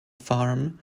farm